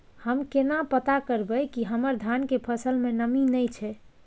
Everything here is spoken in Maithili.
हम केना पता करब की हमर धान के फसल में नमी नय छै?